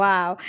Wow